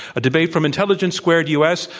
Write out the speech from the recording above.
a debate from intelligence squared u. s.